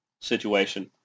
situation